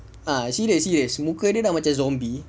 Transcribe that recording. serious serious muka dia dah macam zombie